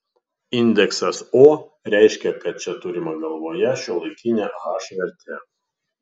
indeksas o reiškia kad čia turima galvoje šiuolaikinė h vertė